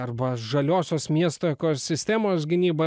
arba žaliosios miesto ekosistemos gynyba